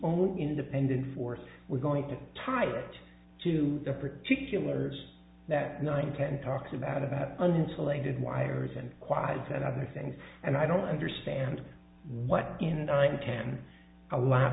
own independent force we're going to tight to the particulars that nine ten talks about about uninsulated wires and quiets and other things and i don't understand what in mind can allow